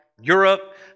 Europe